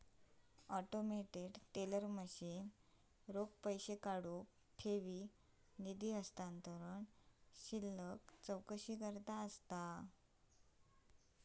automated teller machine रोख पैसो काढुक, ठेवी, निधी हस्तांतरण, शिल्लक चौकशीकरता असा